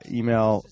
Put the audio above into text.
email